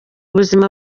buzima